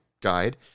guide